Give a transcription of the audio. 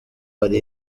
hari